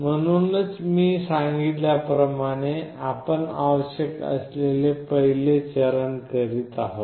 म्हणूनच मी सांगितल्या प्रमाणे आपण आवश्यक असलेले पहिले चरण करीत आहोत